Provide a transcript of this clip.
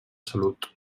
salut